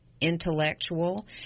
intellectual